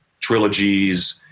trilogies